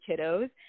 kiddos